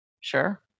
Sure